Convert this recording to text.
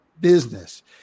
business